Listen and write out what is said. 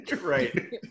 Right